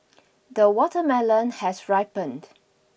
the watermelon has ripened